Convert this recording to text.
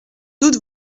doute